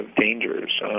dangers